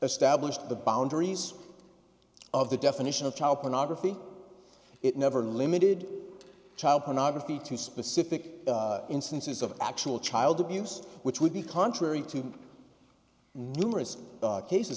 established the boundaries of the definition of child pornography it never limited child pornography to specific instances of actual child abuse which would be contrary to numerous cases